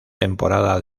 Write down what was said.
temporada